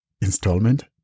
installment